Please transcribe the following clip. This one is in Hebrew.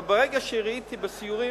וברגע שראיתי בסיורים,